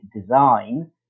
design